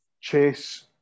Chase